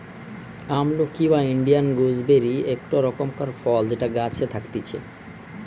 আমলকি বা Indian gooseberry একটো রকমকার ফল যেটা গাছে থাকতিছে